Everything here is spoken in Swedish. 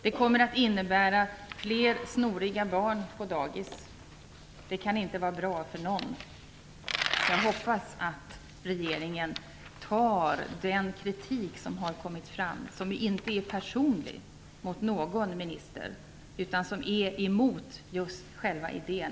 Det kommer att innebära fler snoriga barn på dagis. Det kan inte vara bra för någon. Jag hoppas att regeringen tar den kritik som har kommit fram på allvar. Det är inte någon personlig kritik mot någon minister, utan mot själva idén.